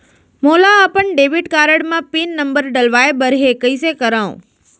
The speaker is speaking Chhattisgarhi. मोला अपन डेबिट कारड म पिन नंबर डलवाय बर हे कइसे करव?